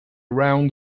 around